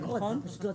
נכון?